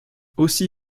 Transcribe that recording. aussi